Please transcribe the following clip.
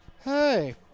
Hey